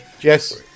Yes